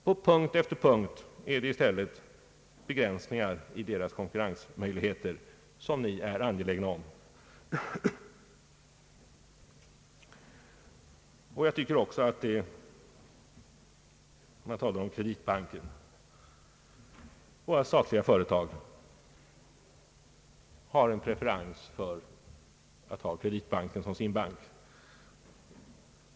På punkt efter punkt är det i stället begränsning i deras konkurrensmöjligheter ni är angelägna om att införa. Man kritiserar att statliga företag i första hand har Kreditbanken som sin bank.